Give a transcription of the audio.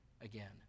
again